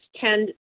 tend